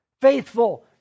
faithful